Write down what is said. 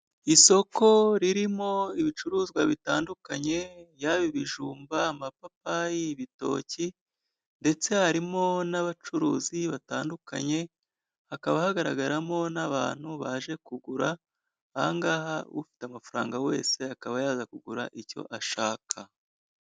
Isoko ririmo ibicuruzwa bitandukanye, y'a ibijumba, amapapayi, ibitoki ndetse harimo n'abacuruzi batandukanye, hakaba hagaragaramo n'abantu baje kugura, ahangaha umuntu ufite amafaranga wese akaba yaza kugura icyo ashaka.